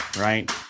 right